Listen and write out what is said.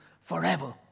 forever